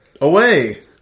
Away